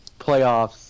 playoffs